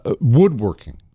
Woodworking